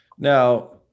Now